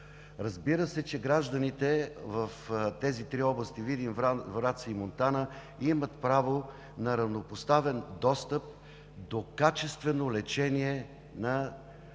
Разбира се, че гражданите в тези три области – Видин, Враца и Монтана, имат право на равнопоставен достъп до качествено лечение –